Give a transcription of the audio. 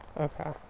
okay